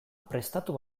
prestatu